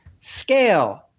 scale